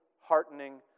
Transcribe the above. heartening